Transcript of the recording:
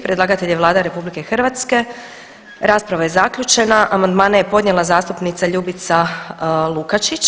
Predlagatelj je Vlada RH, rasprava je zaključena, amandmane je podnijela zastupnica Ljubica Lukačić.